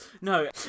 No